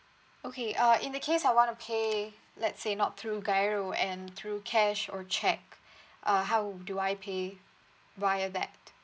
okay uh in that case I want to pay let's say not through giro and through cash or cheque uh how do I pay via that